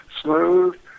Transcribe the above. smooth